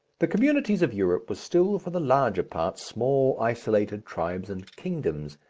the communities of europe were still for the larger part small isolated tribes and kingdoms,